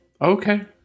Okay